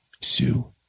Sue